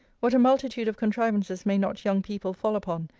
what a multitude of contrivances may not young people fall upon,